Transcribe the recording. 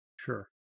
Sure